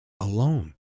alone